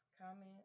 Comment